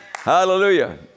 hallelujah